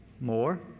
More